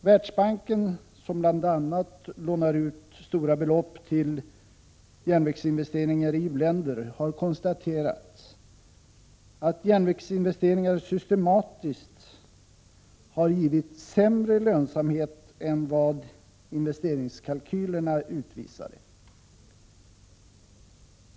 Världsbanken, som bl.a. lånar ut stora belopp till järnvägsinvesteringar i u-länder, har konstaterat att järnvägsinvesteringar systematiskt har givit sämre lönsamhet än vad investeringskalkylerna utvisade.